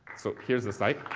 so, here is the site